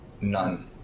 none